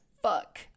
Fuck